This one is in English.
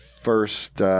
first